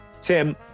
Tim